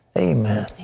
amen.